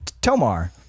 Tomar